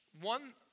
one